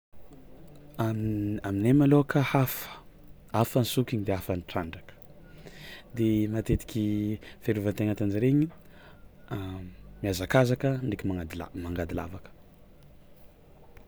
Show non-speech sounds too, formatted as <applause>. Am- aminay malôhaka hafa hafa ny sokiny de hafa ny trandraka de matetiky fiarovan-tegna ataon-jare igny <hesitation> mihazakazaka ndraiky magnady la- mangady lavaka.